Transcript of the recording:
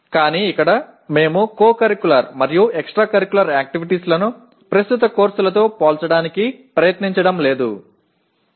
ஆனால் இங்கே நாம் இணை பாடத்திட்ட மற்றும் கூடுதல் பாடத்திட்டத்திற்கு அப்பாற்பட்ட நடவடிக்கைகளை பாடங்களுடன் ஒப்பிட்டுப் பார்க்க முயற்சிக்கவில்லை